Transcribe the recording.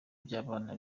by’abana